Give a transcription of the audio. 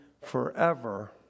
forever